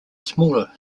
smaller